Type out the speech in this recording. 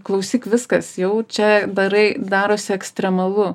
klausyk viskas jau čia darai darosi ekstremalu